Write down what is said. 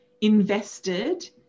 invested